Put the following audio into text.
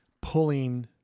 pulling